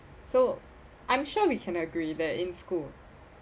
so I'm sure we can agree that in school